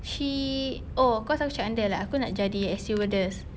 she oh cause aku cakap dengan dia like aku nak jadi air stewardess